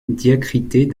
diacritée